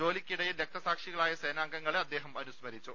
ജോലിക്കിടയിൽ രക്തസാക്ഷികളായ സേനാം ഗങ്ങളെ അദ്ദേഹം അനുസ്മരിച്ചു